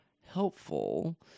helpful